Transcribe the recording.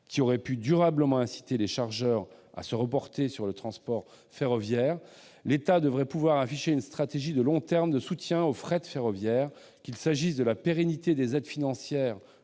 qui aurait pu durablement inciter les chargeurs à se reporter sur le transport ferroviaire, l'État devrait pouvoir afficher une stratégie de long terme de soutien au fret ferroviaire, qu'il s'agisse de la pérennité des aides financières